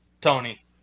Tony